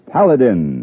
Paladin